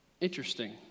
Interesting